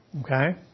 Okay